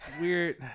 Weird